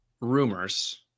rumors